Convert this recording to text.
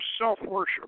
self-worship